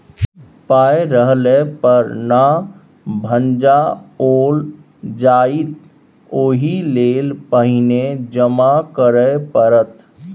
पाय रहले पर न भंजाओल जाएत ओहिलेल पहिने जमा करय पड़त